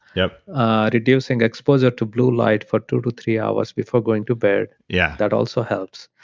yeah ah reducing exposure to blue light for two to three hours before going to bed yeah that also helps.